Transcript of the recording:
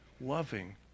loving